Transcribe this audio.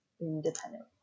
independent